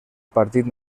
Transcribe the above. partit